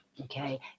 Okay